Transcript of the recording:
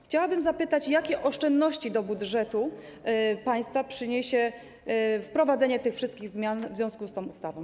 Chciałabym zapytać, jakie oszczędności dla budżetu państwa przyniesie wprowadzenie tych wszystkich zmian w związku z tą ustawą.